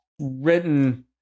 written